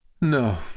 No